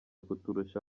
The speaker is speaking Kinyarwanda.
kuturusha